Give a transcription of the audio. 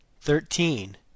Thirteen